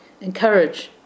encourage